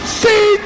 see